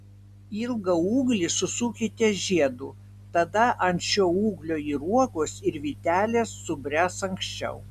ilgą ūglį susukite žiedu tada ant šio ūglio ir uogos ir vytelės subręs anksčiau